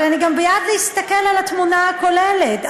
אבל אני גם בעד להסתכל על התמונה הכוללת.